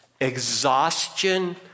exhaustion